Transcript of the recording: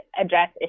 address